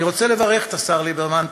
אני רוצה לברך את השר ליברמן,